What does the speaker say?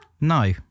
No